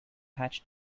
hatch